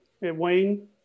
Wayne